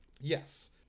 yes